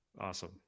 Awesome